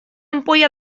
ampolla